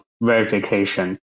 verification